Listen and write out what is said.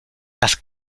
las